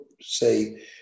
say